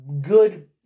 good